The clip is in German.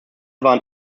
waren